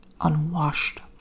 unwashed